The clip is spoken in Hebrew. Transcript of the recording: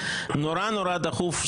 נורא נורא דחוף,